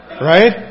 Right